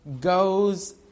goes